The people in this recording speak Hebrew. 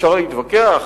אפשר להתווכח,